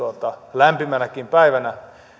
lämpimänäkin päivänä